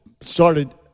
started